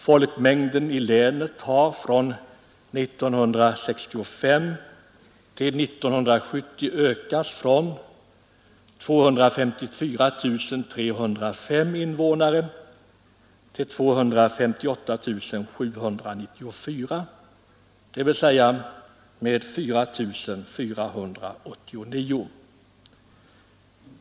Folkmängden i länet har från 1965 till 1970 ökat från 254 305 invånare till 258 794, dvs. med 4 489.